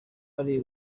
ari